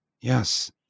Yes